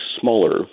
smaller